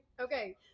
Okay